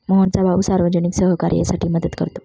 मोहनचा भाऊ सार्वजनिक सहकार्यासाठी मदत करतो